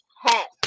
hat